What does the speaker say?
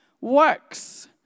works